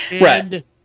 Right